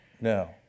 No